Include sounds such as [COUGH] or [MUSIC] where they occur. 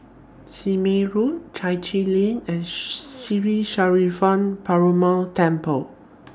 Sime Road Chai Chee Lane and Sri [UNINTELLIGIBLE] Perumal Temple